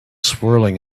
swirling